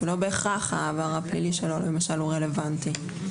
לא בהכרח העבר הפלילי שלו למשל הוא רלוונטי.